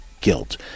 guilt